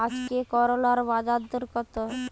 আজকে করলার বাজারদর কত?